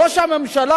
ראש הממשלה,